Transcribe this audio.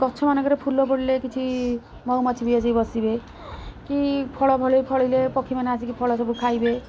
ଗଛମାନଙ୍କରେ ଫୁଲ ପଡ଼ିଲେ କିଛି ମହୁମାଛି ବି ଆସିକି ବସିବେ କି ଫଳ ଫଳ ଫଳିଲେ ପକ୍ଷୀମାନେ ଆସିକି ଫଳ ସବୁ ଖାଇବେ